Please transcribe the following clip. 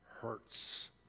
hurts